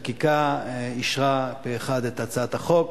לחקיקה אישרה פה אחד את הצעת החוק,